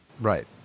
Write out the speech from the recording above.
Right